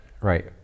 Right